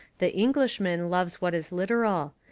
the englishman loves what is literal.